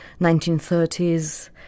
1930s